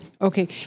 Okay